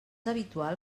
habitual